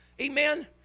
Amen